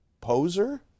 poser